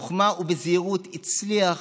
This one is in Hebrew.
בחוכמה ובזהירות הצליח